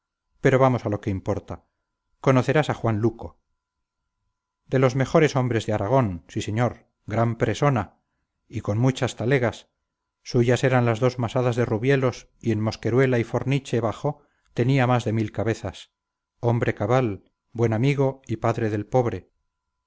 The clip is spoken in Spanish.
pero vamos a lo que me importa conocerás a juan luco de los mejores hombres de aragón sí señor gran presona y con muchas talegas suyas eran las dos masadas de rubielos y en mosqueruela y forniche bajo tenía más de mil cabezas hombre cabal buen amigo y padre del pobre